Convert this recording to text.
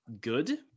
good